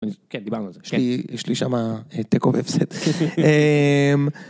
כן דיברנו על זה, יש לי שם תיקו והפסד.